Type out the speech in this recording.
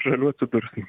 šalių atsidursim